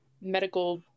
medical